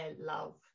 love